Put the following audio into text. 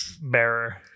bearer